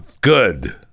Good